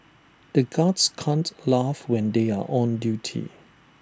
the guards can't laugh when they are on duty